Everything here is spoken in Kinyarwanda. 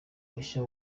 mushya